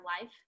life